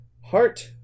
Heart